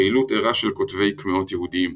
פעילות ערה של כותבי קמיעות יהודיים.